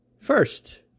first